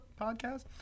podcast